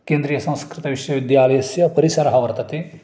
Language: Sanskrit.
केन्द्रीयसंस्कृतविश्वविद्यालयस्य परिसरः वर्तते